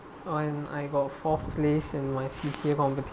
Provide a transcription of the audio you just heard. I'm I got fourth place in my C_C_A